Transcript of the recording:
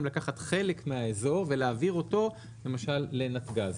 לקחת חלק מהאזור ולהעביר אותו למשל לנתג"ז.